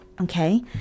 Okay